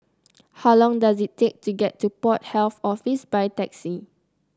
how long does it take to get to Port Health Office by taxi